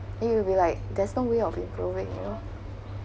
you will be like there's no way of improving you know